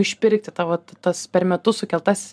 išpirkti tavo tas per metus sukeltas